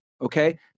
okay